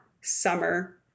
summer